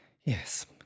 yes